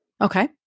Okay